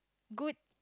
good